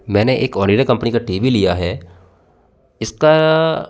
मैंने एक ओनिडा कंपनी का टी वी लिया है इसका